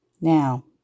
Now